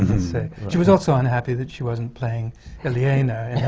said. she was also unhappy that she wasn't playing yelena